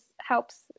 helps